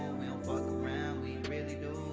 fuck around, we really do